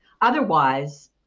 Otherwise